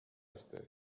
esteri